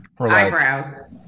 Eyebrows